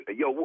yo